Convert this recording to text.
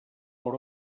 per